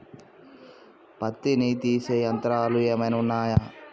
పత్తిని తీసే యంత్రాలు ఏమైనా ఉన్నయా?